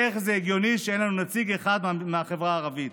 איך זה הגיוני שאין לנו נציג אחד מהחברה הערבית?